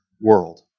world